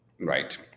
right